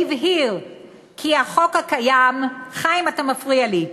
והבהיר כי החוק הקיים, חיים, אתה מפריע לי,